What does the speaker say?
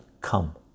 come